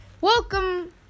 welcome